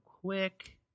quick